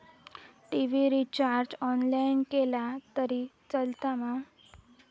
TV recharge online केला तरी चलात मा?